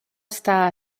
està